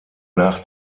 nach